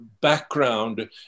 background